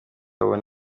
abone